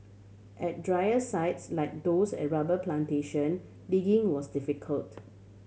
at drier sites like those at rubber plantation digging was difficult